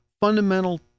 fundamental